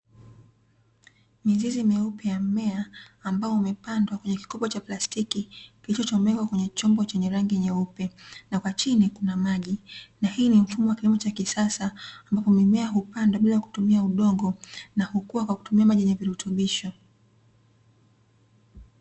Mizizi myeupe ya mmea ambao umepandwa kwenye kikopo cha plastiki, kilichochomekwa kwenye chombo chenye rangi nyeupe, na kwa chini kuna maji. Na hii ni mfumo wa kilimo cha kisasa ambapo mimea hupandwa bila kutumia udongo, na hukua kwa kutumia maji yenye virutubisho.